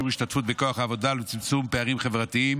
ההשתתפות בכוח העבודה ולצמצום פערים חברתיים